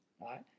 right